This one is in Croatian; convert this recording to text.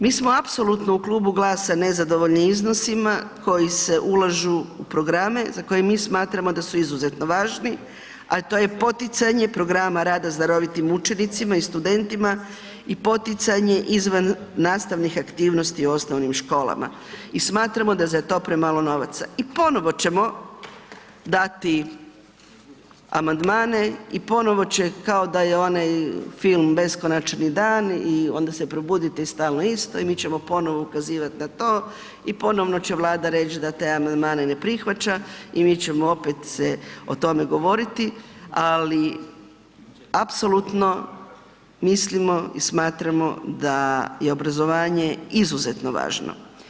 Mi smo apsolutno u Klubu GLAS-a nezadovoljni iznosima koji se ulažu u programe za koje mi smatramo da su izuzetno važni, a to je poticanje programa rada s darovitim učenicima i studentima i poticanje izvannastavnih aktivnosti u osnovnim školama i smatramo da je za to premalo novaca i ponovo ćemo dati amandmane i ponovo će, kao da je onaj film beskonačni dan i onda se probudite i stalno je isto i mi ćemo ponovo ukazivati na to i ponovno će Vlada reći da te amandmane ne prihvaća i mi ćemo opet o tome govoriti, ali apsolutno mislimo i smatramo da je obrazovanje izuzetno važno.